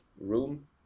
room